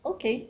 okay